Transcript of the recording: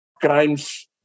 crimes